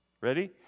Ready